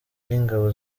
n’ingabo